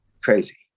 crazy